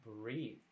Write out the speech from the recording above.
breathe